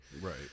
Right